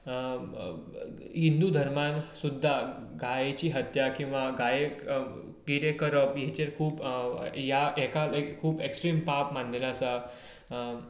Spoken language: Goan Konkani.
हिंदु धर्मांत सुद्दां गायची हत्या किंवा गायक कितें करप हाचेर खूब ह्या हाका खूब एक्सट्रीम पाप मानलेले आसा